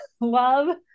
love